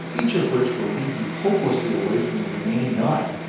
each of which will lead you hopelessly away from the remaining nine.